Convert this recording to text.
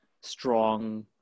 strong